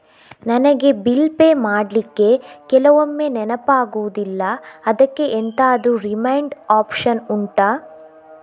ನನಗೆ bill pay ಮಾಡ್ಲಿಕ್ಕೆ ಕೆಲವೊಮ್ಮೆ ನೆನಪಾಗುದಿಲ್ಲ ಅದ್ಕೆ ಎಂತಾದ್ರೂ ರಿಮೈಂಡ್ ಒಪ್ಶನ್ ಉಂಟಾ